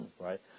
right